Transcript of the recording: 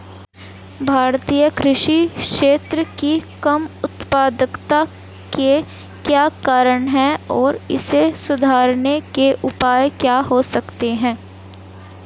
भारतीय कृषि क्षेत्र की कम उत्पादकता के क्या कारण हैं और इसे सुधारने के उपाय क्या हो सकते हैं?